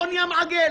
חוני המעגל.